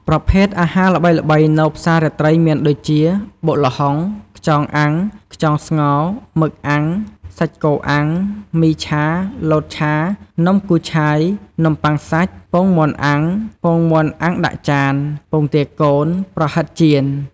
ប្រភេទអាហារល្បីៗនៅផ្សាររាត្រីមានដូចជា បុកល្ហុង ខ្យងអាំង ខ្យងស្ងោរ មឹកអាំង សាច់គោអាំង មីឆា លតឆា នំគូឆាយ នំប៉័ងសាច់ ពងមាន់អាំង ពងមាន់អាំងដាក់ចាន ពងទាកូន ប្រហិតចៀន។